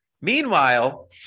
Meanwhile